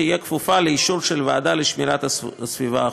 תהיה כפופה לאישור של הוועדה לשמירת הסביבה החופית,